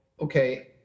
okay –